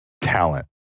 talent